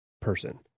person